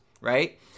right